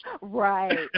Right